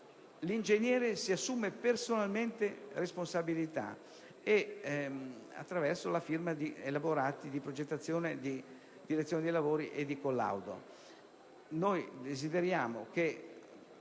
l'ingegnere si assume personalmente responsabilità civili e penali attraverso la firma di elaborati di progettazione, di direzione dei lavori e di collaudo.